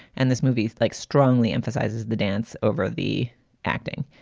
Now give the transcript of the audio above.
and this movie is like strongly emphasizes the dance over the acting.